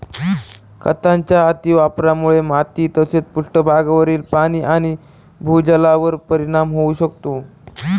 खतांच्या अतिवापरामुळे माती तसेच पृष्ठभागावरील पाणी आणि भूजलावर परिणाम होऊ शकतो